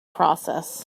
process